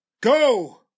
Go